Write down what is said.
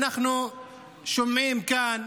אנחנו שומעים כאן,